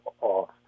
off